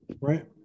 Right